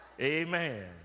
amen